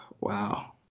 wow